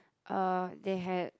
uh they had